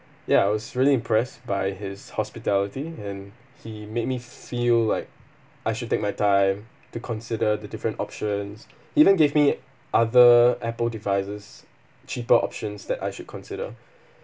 ya I was really impressed by his hospitality and he made me feel like I should take my time to consider the different options even give me other Apple devices cheaper options that I should consider